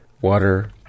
Water